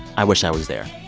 i wish i was there.